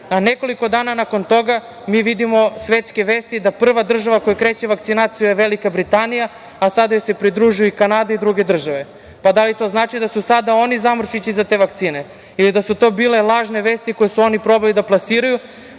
a nekoliko dana nakon toga mi vidimo svetske vesti da prva država koja kreće vakcinaciju je Velika Britanija, a sada joj se pridružuje i Kanada i druge države. Da li to znači da su sada oni zamorčići za te vakcine ili da su to bile lažne vesti koje su oni probali da plasiraju,